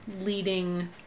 leading